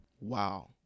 Wow